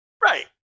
Right